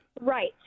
Right